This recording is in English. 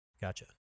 Gotcha